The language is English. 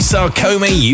Sarcoma